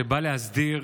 שבא להסדיר,